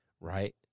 right